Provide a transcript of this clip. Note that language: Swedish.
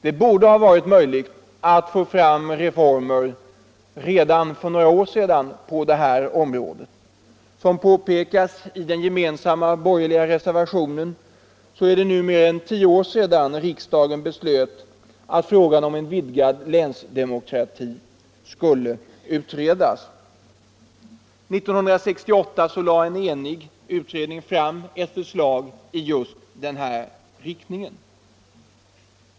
Det borde ha varit möjligt att få fram reformer härvidlag redan för några år sedan. Såsom påpekas i den gemensamma borgerliga reservationen är det nu mer än tio år sedan riksdagen beslöt att frågan om en vidgad länsdemokrati skulle utredas. 1968 lade en enig utredning fram ett förslag i just den här riktningen.